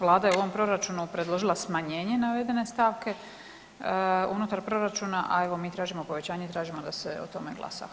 Vlada je u ovom proračunu predložila smanjenje navedene stavke unutar proračuna, a evo mi tražimo povećanje i tražimo da se o tome glasa.